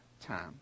time